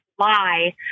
Lie